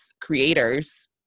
creators